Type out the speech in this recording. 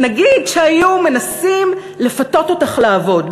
נגיד שהיו מנסים לפתות אותך לעבוד,